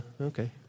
okay